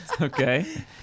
Okay